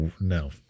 no